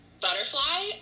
butterfly